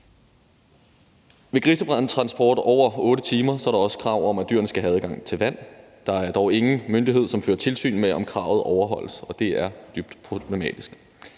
en grisetransport på over 8 timer er der også krav om, at dyrene skal have adgang til vand. Der er dog ingen myndighed, som fører tilsyn med, om kravet overholdes, og det er dybt problematisk.